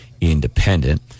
independent